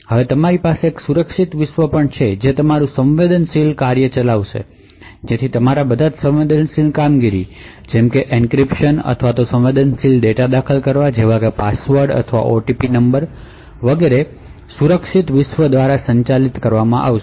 હવે તમારી પાસે એક સુરક્ષિત વિશ્વ પણ હશે જે તમારું સંવેદનશીલ કાર્ય ચલાવશે જેથી તમારા બધા સંવેદનશીલ કામગીરી જેમ કે એન્ક્રિપ્શન અથવા સંવેદનશીલ ડેટા દાખલ કરવા જેવા કે પાસવર્ડ અથવા ઓટીપી નંબરો વગેરે સુરક્ષિત વિશ્વ દ્વારા સંચાલિત કરવામાં આવશે